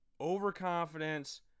overconfidence